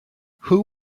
who